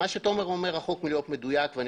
מה שתומר מוסקוביץ' אומר רחוק מלהיות מדויק ואני